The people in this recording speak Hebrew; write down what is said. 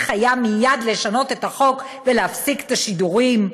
היה מייד לשנות את החוק ולהפסיק את השידורים?